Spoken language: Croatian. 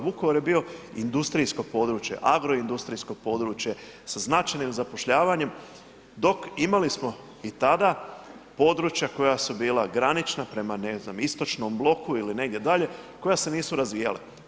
Vukovar je bio industrijsko područje, agroindustrijsko područje sa značajnim zapošljavanjem, dok imali smo i tada područja koja su bila granična prema, ne znam istočnom bloku ili negdje dalje koja se nisu razvijala.